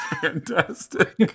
fantastic